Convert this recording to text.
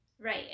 Right